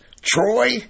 Troy